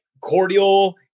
cordial